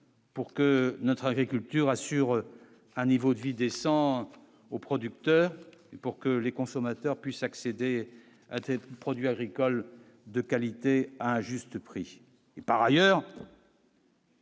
pour que notre agriculture, assure un niveau de vie décent aux producteurs pour que les consommateurs puissent accéder à AT produits agricoles de qualité à un juste prix par ailleurs.